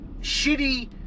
shitty